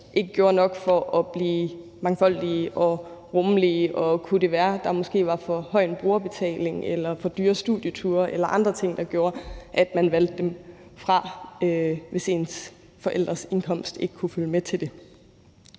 ikke gjorde nok for at blive mangfoldige og rummelige. Kunne det være, der måske var for høj en brugerbetaling eller for dyre studieture eller andre ting, der gjorde, at man valgte dem fra, hvis ens forældres indkomst ikke kunne følge med? Jeg